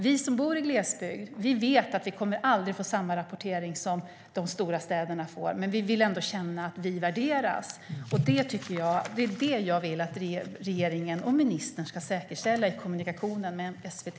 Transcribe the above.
Vi som bor i glesbygd vet att vi aldrig kommer att få samma rapportering som de stora städerna får, men vi vill ändå känna att vi värderas. Det är det jag vill att regeringen och ministern ska säkerställa i kommunikationen med SVT.